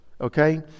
okay